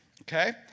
Okay